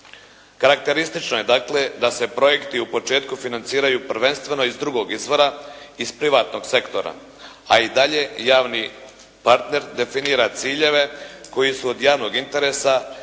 Karakteristično je dakle da se projekti u početku financiraju prvenstveno iz drugog izvora, iz privatnog sektora, a i dalje javni partner definira ciljeve koji su od javnog interesa,